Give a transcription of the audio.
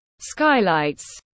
skylights